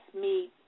meet